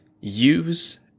use